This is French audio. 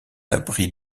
l’abri